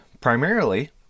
primarily